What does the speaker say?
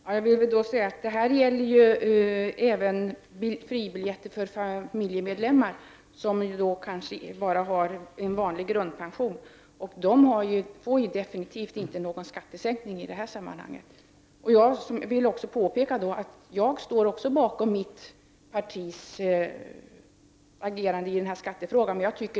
Herr talman! Frågan gäller även fribiljetter för familjemedlemmar, som kanske bara har en vanlig grundpension, och de får definitivt inte någon skattesänkning i detta sammanhang. Jag vill påpeka att jag också står bakom mitt partis agerande i skattefrågan.